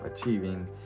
achieving